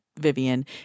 Vivian